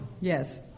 yes